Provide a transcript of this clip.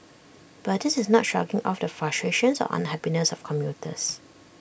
but this is not shrugging off the frustrations or unhappiness of commuters